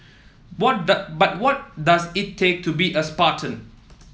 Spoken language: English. what but what does it take to be a spartan